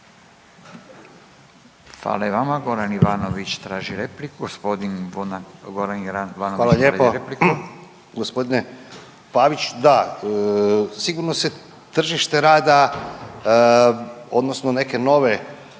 traži repliku. **Ivanović, Goran (HDZ)** Hvala lijepo. Gospodine Pavić, da, sigurno se tržište rada odnosno neke nove,